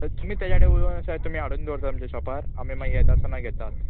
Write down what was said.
तर तुमी तेज्या कडेन उलोवन आसा तुमी हाडून दवरता आमचे शॉपार आमी मागीर येता आसा मागीर घेतात